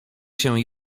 się